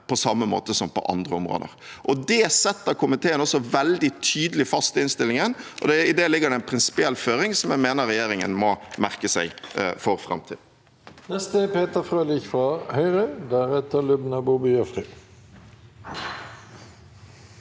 på samme måte som på andre områder. Det slår komiteen også veldig tydelig fast i innstillingen, og i det ligger det en prinsipiell føring som jeg mener regjeringen må merke seg for framtiden.